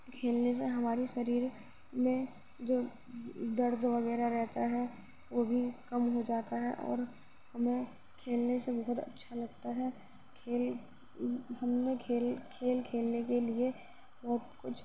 کھیلنے سے ہماری شریر میں جو درد وغیرہ رہتا ہے وہ بھی کم ہو جاتا ہے اور ہمیں کھیلنے سے بہت اچھا لگتا ہے کھیل ہم نے کھیل کھیل کھیلنے کے لیے بہت کچھ